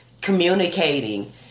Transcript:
communicating